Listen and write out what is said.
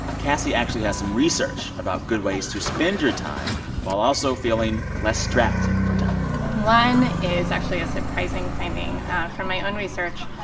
cassie actually has some research about good ways to spend your time while also feeling feeling less strapped and for time one is actually a surprising finding from my own research,